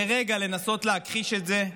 לרגע, לנסות להכחיש את זה.